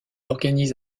organise